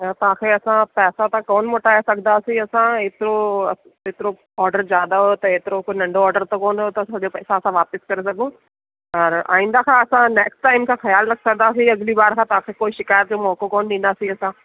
ईअं तव्हांखे असां पैसा त कोन मोटाए सघंदासीं असां हेतिरो हेतिरो ऑडर ज़्यादा हुओ त हेतिरो कोई नंढो ऑडर त कोन हुओ त असांखे पैसा असां वापस करे सघूं पर आइंदा सां असां नैक्स्ट टाइम खां ख़्यालु रखंदासीं अॻिली बार तव्हांखे कोई शिकायत जो मौको कोन ॾींदासीं असां